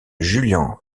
julian